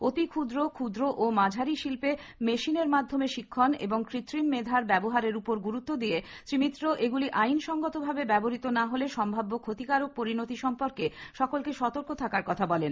অতিক্ষুদ্র ফ্ফুদ্র ও মাঝারি শিল্পে মেশিনের মাধ্যমে শিক্ষণ এবং কৃত্রিম মেধার ব্যবহারের উপর গুরুত্ব দিয়ে শ্রী মিত্র এগুলি আইনসম্মত ভাবে ব্যবহৃত না হলে সম্ভাব্য ফ্ষতিকারক পরিণতির সম্পর্কে সকলকে সতর্ক থাকার কথা বলেন